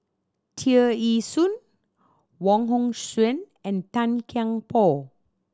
Tear Ee Soon Wong Hong Suen and Tan Kian Por